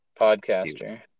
Podcaster